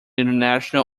international